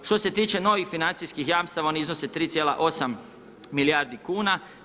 Što se tiče novih financijskih jamstava oni iznose 3,8 milijardi kn.